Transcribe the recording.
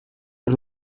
per